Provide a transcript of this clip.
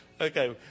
Okay